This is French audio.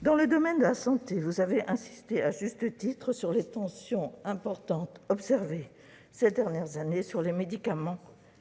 le Premier président, vous avez insisté à juste titre sur les tensions importantes observées ces dernières années sur les médicaments